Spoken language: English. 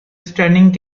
stunning